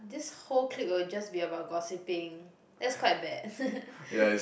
this whole clique will just be about gossiping that's quite bad